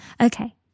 Okay